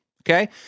Okay